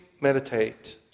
meditate